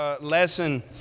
lesson